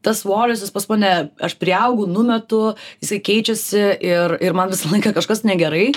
tas svoris jis pas mane aš priaugu numetu jisai keičiasi ir ir man visą laiką kažkas negerai